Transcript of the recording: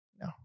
No